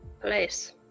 place